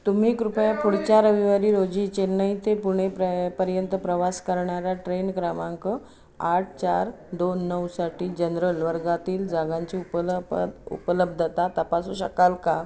तुम्ही कृपया पुढच्या रविवारी रोजी चेन्नई ते पुणे प्रय पर्यंत प्रवास करणाऱ्या ट्रेन क्रमांक आठ चार दोन नऊसाठी जनरल वर्गातील जागांची उपल उपलब्धता तपासू शकाल का